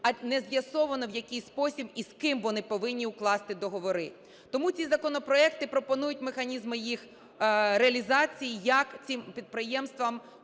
а не з'ясовано, в який спосіб і з ким вони повинні укласти договори. Тому ці законопроекти пропонують механізми їх реалізації, як цим підприємствам